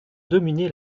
dominé